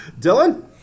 Dylan